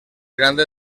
grande